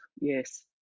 yes